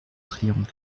triangle